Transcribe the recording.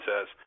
says